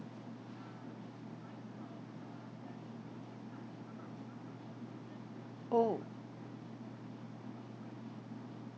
oh